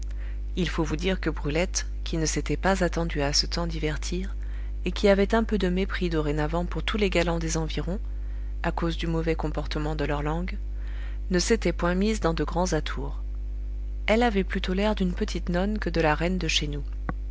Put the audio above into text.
il faut vous dire que brulette qui ne s'était pas attendue à se tant divertir et qui avait un peu de mépris dorénavant pour tous les galants des environs à cause du mauvais comportement de leurs langues ne s'était point mise dans de grands atours elle avait plutôt l'air d'une petite nonne que de la reine de chez nous